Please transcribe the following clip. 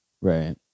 Right